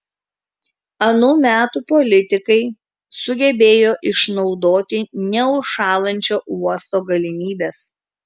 anų metų politikai sugebėjo išnaudoti neužšąlančio uosto galimybes